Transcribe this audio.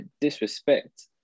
disrespect